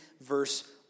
verse